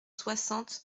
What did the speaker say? soixante